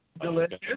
Delicious